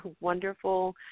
wonderful